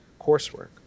coursework